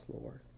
Lord